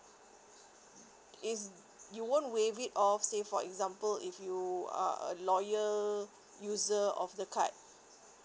is you won't waive it or say for example if you uh loyal user of the card